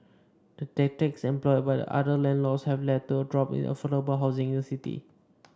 the tactics employed by other landlords have led to a drop in affordable housing in the city